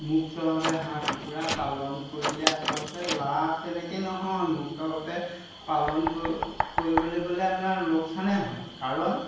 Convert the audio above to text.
মুক্তভাৱে হাঁহ কুকুৰা পালন কৰিলে আচলতে লাভ তেনেকৈ নহয় মুক্তভাৱে পালন কৰিবলৈ গ'লে আমাৰ লোকচানহে হয় কাৰণ